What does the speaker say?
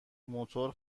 موتور